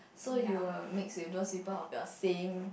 so you will mix with those people of the same